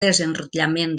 desenrotllament